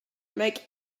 make